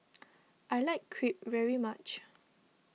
I like Crepe very much